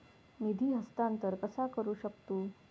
निधी हस्तांतर कसा करू शकतू?